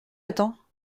attends